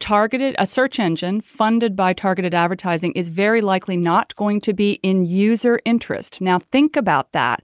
targeted a search engine funded by targeted advertising is very likely not going to be in user interest. now think about that.